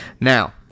Now